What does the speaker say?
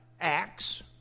acts